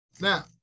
Now